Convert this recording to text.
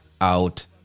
out